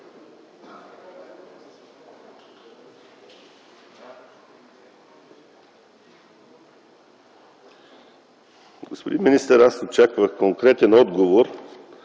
Господин министър, аз очаквах конкретен отговор,